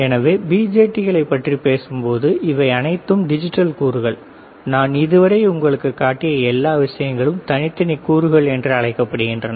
எனவே பிஜேடிகளைப் பற்றி நாம் பேசும்போது இவை அனைத்தும் டிஜிட்டல் கூறுகள் நான் இதுவரை உங்களுக்குக் காட்டிய எல்லா விஷயங்களும் தனித்தனி கூறுகள் என்று அழைக்கப்படுகின்றன